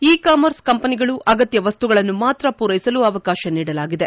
E commerce ಕಂಪನಿಗಳು ಅಗತ್ಯ ವಸ್ತುಗಳನ್ನು ಮಾತ್ರ ಪೂರ್ವೆಸಲು ಅವಕಾಶ ನೀಡಲಾಗಿದೆ